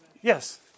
Yes